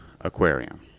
Aquarium